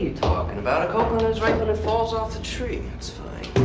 talking about? a coconut is ripe when it falls off the tree. it's fine.